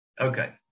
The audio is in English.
Okay